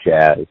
jazz